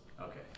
Okay